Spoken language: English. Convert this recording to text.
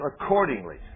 accordingly